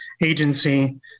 agency